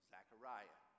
Zachariah